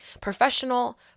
Professional